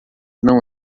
não